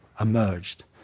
emerged